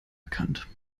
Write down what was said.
erkannt